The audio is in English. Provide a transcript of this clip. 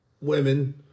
women